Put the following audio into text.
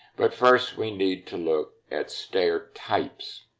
but first we need to look at stair types.